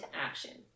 action